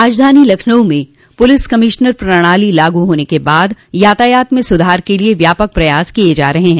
राजधानी लखनऊ में police commissioner प्रणाली लागू होने के बाद यातायात में सुधार के लिये व्यापक प्रयास किय जा रहे हैं